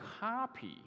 copy